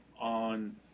on